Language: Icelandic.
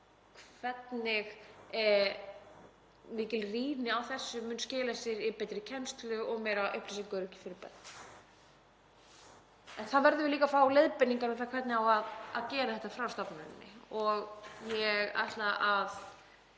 hvernig mikil rýni á þessu mun skila sér í betri kennslu og meira upplýsingaöryggi fyrir börn en þá verðum við líka að fá leiðbeiningar um það hvernig á að gera þetta frá stofnuninni. Ég ætla að